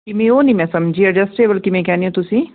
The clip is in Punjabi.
ਕਿਵੇਂ ਉਹ ਨੀ ਮੈਂ ਸਮਝੀ ਐਡਜਸਟੇਬਲ ਕਿਵੇਂ ਕਹਿਨੇ ਓ ਤੁਸੀਂ